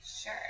Sure